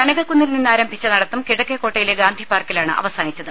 കനകക്കുന്നിൽ നിന്നാരംഭിച്ച നടത്തം കിഴക്കെകോട്ടയിലെ ഗാന്ധിപാർക്കിലാണ് അവസാനിച്ചത്